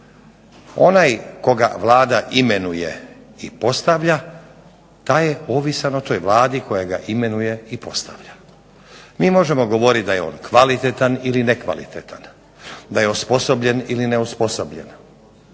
Onaj koga Vlada imenuje i postavlja taj je ovisan o toj vladi koja ga imenuje i postavlja. Mi možemo govoriti da je on kvalitetan ili nekvalitetan da je osposobljen ili neosposobljen